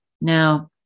Now